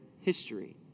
history